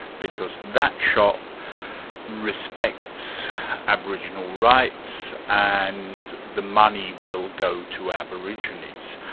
because that shop respects aboriginal rights, and the money will go to aborigines.